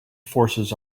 forces